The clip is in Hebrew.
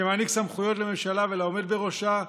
שמעניק סמכויות לממשלה ולעומד בראשה,